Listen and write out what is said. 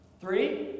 Three